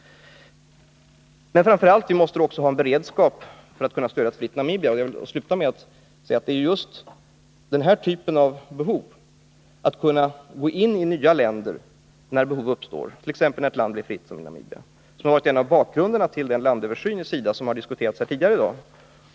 Framför allt måste vi ha en hög beredskap för att kunna stödja ett fritt Namibia. Jag vill sluta med att säga att det är just den här typen av beredskap att kunna gå in i nya länder när behov uppstår — t.ex. när ett land blir fritt, som nu Namibia — som har varit en av bakgrunderna till den landöversyn inom SIDA som har diskuterats här tidigare i dag.